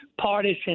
partisan